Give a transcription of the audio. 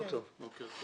מכבי